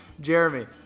Jeremy